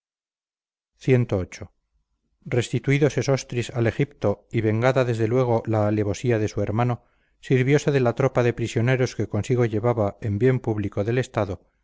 cviii restituido sesostris al egipto y vengada desde luego la alevosía de su hermano sirvióse de la tropa de prisioneros que consigo llevaba en bien público del estado